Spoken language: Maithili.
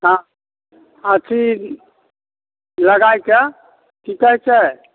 हाँ अथी लगाइके की कहय छै